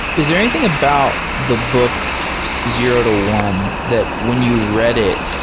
is there anything about the book zero to one, that when you read it,